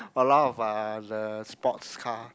a lot of uh the sports car